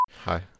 Hi